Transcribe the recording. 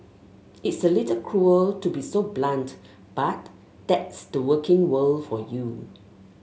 it's a little cruel to be so blunt but that's the working world for you